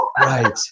right